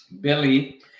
Billy